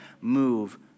move